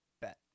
bet